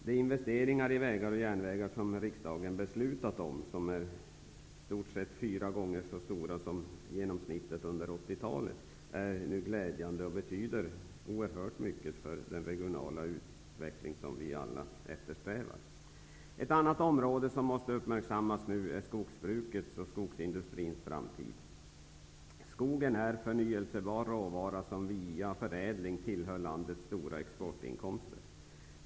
De investeringar i vägar och järnvägar som riksdagen beslutat om -- ungefär fyra gånger så stora som genomsnittet under 80-talet -- är glädjande och betyder oerhört mycket för den regionala utveckling som vi alla eftersträvar. Ett annat område som nu måste uppmärksammas är skogsbrukets och skogsindustrins framtid. Skogen är förnybar råvara som via förädling tillför landet stora exportinkomster.